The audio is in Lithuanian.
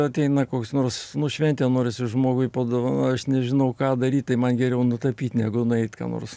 ateina koks nors nu šventė norisi žmogui padovanot aš nežinau ką daryt tai man geriau nutapyt negu nueit ką nors